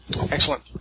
Excellent